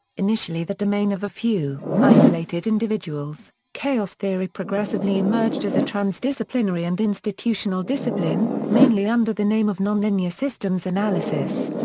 initially the domain of a few, isolated individuals, chaos theory progressively emerged as a transdisciplinary and institutional discipline, mainly under the name of nonlinear systems analysis.